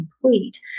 complete